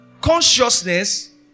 consciousness